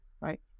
right